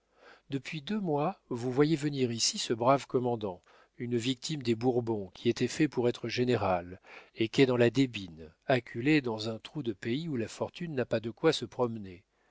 depuis deux mois vous voyez venir ici ce brave commandant une victime des bourbons qui était fait pour être général et qu'est dans la débine acculé dans un trou de pays où la fortune n'a pas de quoi se promener